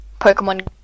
Pokemon